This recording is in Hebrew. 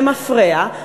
למפרע,